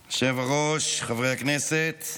היושב-ראש, חברי הכנסת,